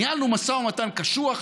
ניהלנו משא ומתן קשוח,